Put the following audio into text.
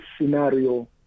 scenario